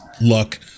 luck